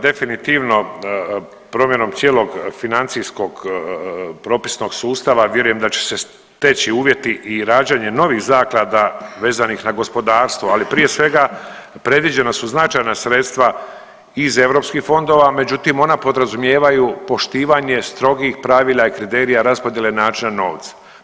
Definitivno promjenom cijelog financijskog propisnog sustava vjerujem da će se steći uvjeti i rađanje novih zaklada vezanih na gospodarstvo, ali prije svega predviđena su značajna sredstva iz europskih fondova, međutim ona podrazumijevaju poštivanje strogih pravila i kriterija raspodjele načina novca.